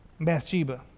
Bathsheba